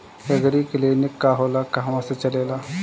एगरी clinic का होला कहवा से चलेँला?